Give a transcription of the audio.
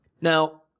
Now